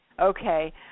Okay